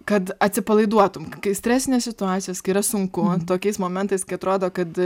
kad atsipalaiduotum kai stresinės situacijos kai yra sunku tokiais momentais kai atrodo kad